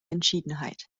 entschiedenheit